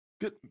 Good